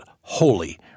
holy